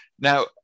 Now